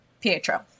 Pietro